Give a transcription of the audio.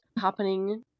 happening